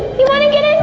you wanna get a